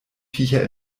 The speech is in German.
viecher